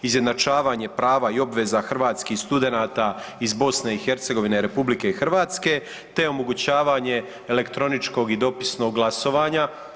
Izjednačavanje prava i obveza hrvatskih studenata iz BiH RH te omogućavanje elektroničkog i dopisnog glasovanja.